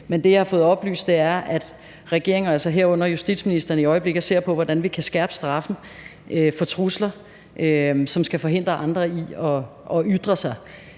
Det, jeg har fået oplyst, er, at regeringen og altså herunder justitsministeren i øjeblikket ser på, hvordan vi kan skærpe straffen for trusler, som skal forhindre andre i at ytre sig.